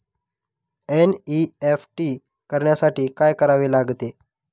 NEFT करण्यासाठी काय करावे लागते?